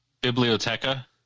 biblioteca